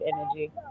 energy